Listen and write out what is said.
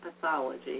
pathology